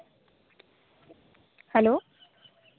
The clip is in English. hello